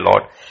Lord